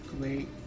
great